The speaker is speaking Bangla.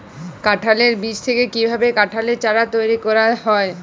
কাঁঠালের বীজ থেকে কীভাবে কাঁঠালের চারা তৈরি করা হয়?